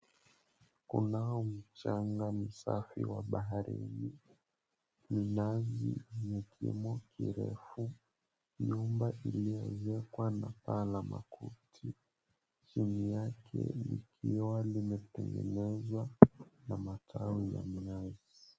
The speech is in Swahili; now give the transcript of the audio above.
Kunao mchanga msafi wa baharini, nazi zimepimwa kiurefu, nyumba zilizoezekwa na paa la makuti. Chini yake likiwa limetengenezwa na matawi ya minazi.